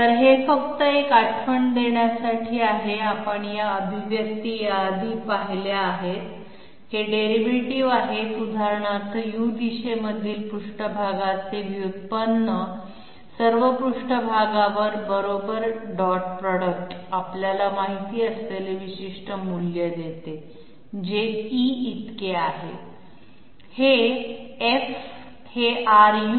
तर हे फक्त एक आठवण देण्यासाठी आहे आपण या अभिव्यक्ती याआधी पाहिले आहेत हे डेरिव्हेटिव्ह आहेत उदाहरणार्थ u दिशेमधील पृष्ठभागाचे व्युत्पन्न स्वतः पृष्ठभागावर बरोबर डॉट प्रॉडक्ट आपल्याला माहित असलेले विशिष्ट मूल्य देते जे e इतके आहे हे F हे Ru